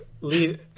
Lead